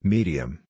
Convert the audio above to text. Medium